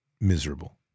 miserable